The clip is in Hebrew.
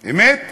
אמת?